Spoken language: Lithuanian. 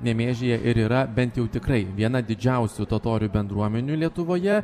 nemėžyje ir yra bent jau tikrai viena didžiausių totorių bendruomenių lietuvoje